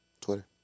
Twitter